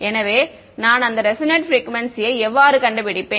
எனவே நான் அந்த ரெசோனேட் ப்ரிக்குவேன்சியை எவ்வாறு கண்டுபிடிப்பேன்